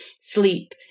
Sleep